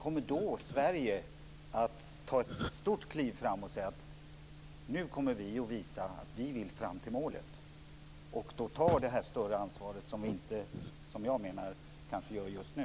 Kommer Sverige då att ta ett stort kliv framåt och säga att vi nu kommer att visa att vi vill fram till målet och ta det större ansvar som jag menar att vi kanske inte gör just nu?